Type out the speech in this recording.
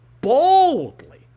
boldly